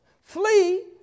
flee